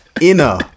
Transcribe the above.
inner